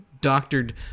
doctored